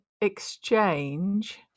exchange